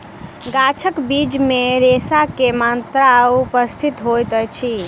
गाछक बीज मे रेशा के मात्रा उपस्थित होइत अछि